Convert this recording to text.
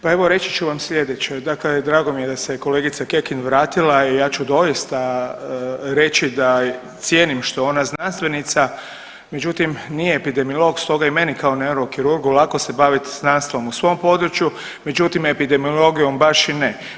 Pa evo reći ću vam slijedeće, dakle drago mi je da se kolegica Kekin vratila i ja ću doista reći da cijenim što je ona znanstvenica, međutim nije epidemiolog stoga je i meni kao neurokirurgu lako se bavit znanstvom u svom području, međutim epidemiologijom baš i ne.